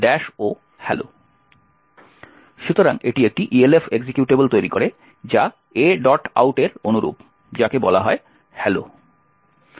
সুতরাং এটি একটি ELF এক্সিকিউটেবল তৈরি করে যা aout এর অনুরূপ যাকে বলা হয় hello